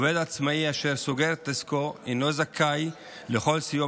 עובד עצמאי אשר סוגר את עסקו אינו זכאי לכל סיוע